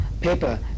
paper